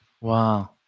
Wow